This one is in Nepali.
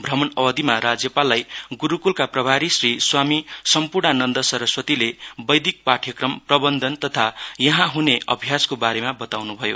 भ्रमण अवधि राज्यपाललाई गुरुकुलका प्रभारी श्री स्वामी सम्पूर्णानन्द सरस्वतीले वैदिक पाठयक्रम प्रबन्धन तथा यहाँ हुने अभ्यासको बारेमा बताउनु भयो